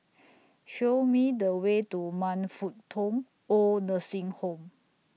Show Me The Way to Man Fut Tong Oid Nursing Home